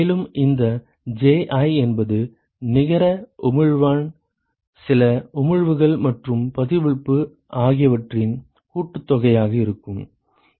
மேலும் இந்த Ji என்பது நிகர உமிழ்வின் சில உமிழ்வுகள் மற்றும் பிரதிபலிப்பு ஆகியவற்றின் கூட்டுத்தொகையாக இருக்கும்